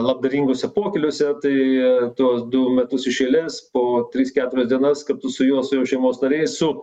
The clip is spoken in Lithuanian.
labdaringuose pokyliuose tai tuos du metus iš eilės po tris keturias dienas kartu su juo su jo šeimos nariais su